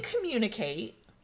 communicate